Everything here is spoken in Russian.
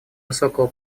высокого